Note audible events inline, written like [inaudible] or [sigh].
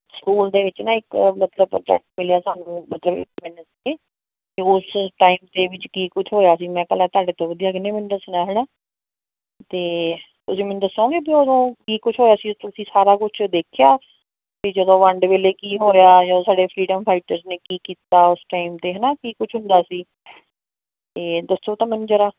school ਦੇ ਵਿੱਚ ਨਾ ਇੱਕ ਮਤਲਬ ਪ੍ਰੋਜੈਕਟ ਮਿਲਿਆ ਸਾਨੂੰ ਮਤਲਬ [unintelligible] ਉਸ ਟਾਈਮ ਦੇ ਵਿੱਚ ਕੀ ਕੁਛ ਹੋਇਆ ਸੀ ਮੈਂ ਕਿਹਾ ਲੈ ਤੁਹਾਡੇ ਤੋਂ ਵਧੀਆ ਕਿਹਨੇ ਮੈਨੂੰ ਦੱਸਣਾ ਹੈਨਾ ਅਤੇ ਉਹ 'ਚ ਮੈਨੂੰ ਦੱਸੋਗੇ ਵੀ ਉਦੋਂ ਕੀ ਕੁਛ ਹੋਇਆ ਸੀ ਤੁਸੀਂ ਸਾਰਾ ਕੁਛ ਦੇਖਿਆ ਵੀ ਜਦੋਂ ਵੰਡ ਵੇਲੇ ਕੀ ਹੋਇਆ ਜੋ ਸਾਡੇ ਫਰੀਡਮ ਫਾਈਟਰ ਨੇ ਕੀ ਕੀਤਾ ਉਸ ਟਾਈਮ 'ਤੇ ਹੈਨਾ ਕੀ ਕੁਛ ਹੁੰਦਾ ਸੀ ਤੇ ਦੱਸੋ ਤਾਂ ਮੈਨੂੰ ਜਰਾ